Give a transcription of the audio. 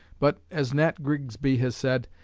but, as nat grigsby has said,